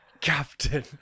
Captain